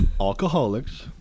Alcoholics